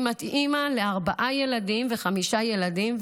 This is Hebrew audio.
אם את אימא לארבעה ילדים וחמישה ילדים,